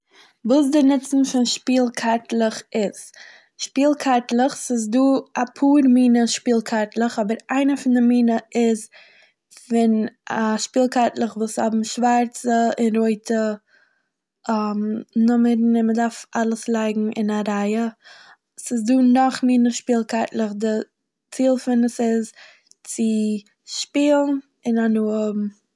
וואס די נוצן פון שפיל קארטלעך איז. שפיל קארטלעך- ס'איז דא אפאר מינע שפיל קארטלעך, אבער איינער פון די מינע איז פון א- שפיל קארטלעך וואס האבן שווארצע און רויטע נומערן און מ'דארף אלעס לייגן אין א רייע. ס'איז דא נאך מינע שפיל קארטלעך. די ציל פון עס איז צו שפילן און הנאה האבן.